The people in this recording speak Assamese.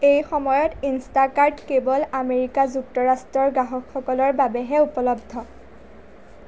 এই সময়ত ইনষ্টাকাৰ্ট কেৱল আমেৰিকা যুক্তৰাষ্ট্ৰৰ গ্ৰাহকসকলৰ বাবেহে উপলব্ধ